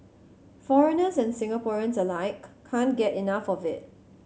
foreigners and Singaporeans alike can't get enough of it